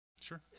Sure